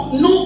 no